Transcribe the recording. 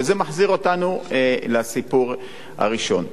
וזה מחזיר אותנו לסיפור הראשון.